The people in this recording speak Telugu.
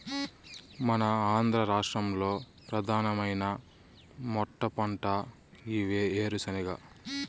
మన ఆంధ్ర రాష్ట్రంలో ప్రధానమైన మెట్టపంట ఈ ఏరుశెనగే